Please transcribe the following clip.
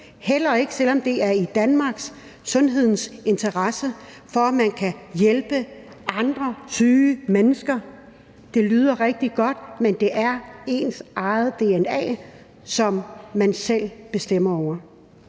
heller ikke, selv om det er i Danmarks og i sundhedens interesse, i forhold til at man kan hjælpe andre syge mennesker. Det lyder rigtig godt, men det er ens eget dna, som man selv bestemmer over.